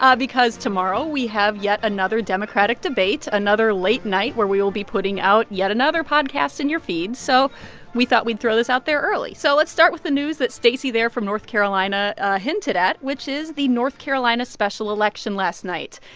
um because tomorrow we have yet another democratic debate, another late night where we will be putting out yet another podcast in your feed. so we thought we'd throw this out there early so let's start with the news that stacy there from north carolina hinted at which is the north carolina special election last night.